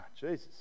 Jesus